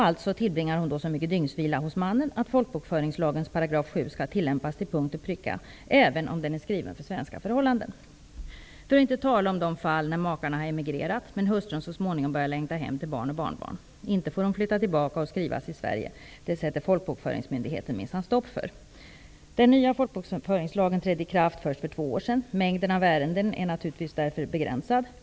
Alltså tillbringar hon så mycken dygnsvila hos mannen att folkbokföringslagens paragraf 7 skall tillämpas till punkt och pricka -- även om den är skriven för svenska förhållanden! För att inte tala om de fall när makarna emigrerat, men hustrun så småningom börjar längta hem till barn och barnbarn. Inte får hon flytta tillbaka och skrivas i Sverige. Det sätter folkbokföringsmyndigheten minsann stopp för! Den nya folkbokföringslagen trädde i kraft först för två år sedan. Mängden av ärenden av detta slag är därför än så länge begränsad.